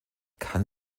kann